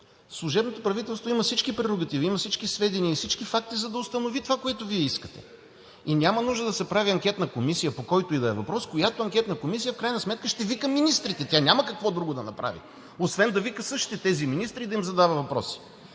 Служебното правителство има всички прерогативи, има всички сведения и всички факти, за да установи това, което Вие искате. Няма нужда да се прави анкетна комисия по който и да е въпрос, която анкетна комисия в крайна сметка ще вика министрите, тя няма какво друго да направи освен да вика същите тези министри, да им задава въпроси